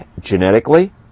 genetically